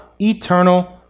eternal